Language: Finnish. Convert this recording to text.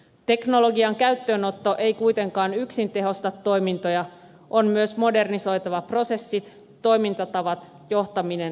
teknologian käyttöönotto ei kuitenkaan yksin tehosta toimintoja on myös modernisoitava prosessit toimintatavat johtaminen ja kannusteet